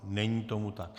Není tomu tak.